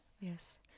yes